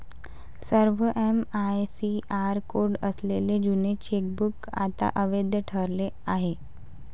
सर्व MICR code असलेले जुने चेकबुक आता अवैध ठरले आहे